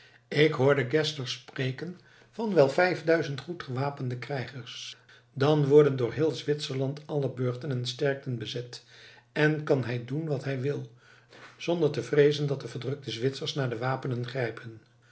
ik hoorde geszler spreken van wel vijfduizend goed gewapende krijgers dan worden door heel zwitserland alle burchten en sterkten bezet en kan hij doen wat hij wil zonder te vreezen dat de verdrukte zwitsers naar de wapenen grijpen